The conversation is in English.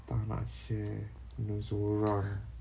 tak nak share minum sorang